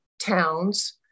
towns